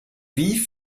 wie